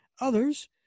Others